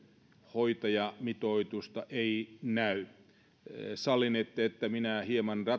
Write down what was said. hoitajamitoitusta ei näy sallinette että minä hieman